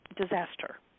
disaster